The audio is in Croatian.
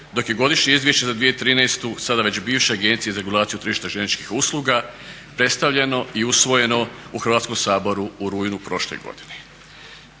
dok je Godišnje izvješće za 2013. sada već bivše Agencije za regulaciju tržišta željezničkih usluga predstavljeno i usvojeno u Hrvatskom saboru u rujnu prošle godine.